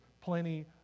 plenty